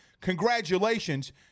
Congratulations